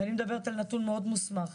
ואני מדברת על נתון מאוד מוסמך,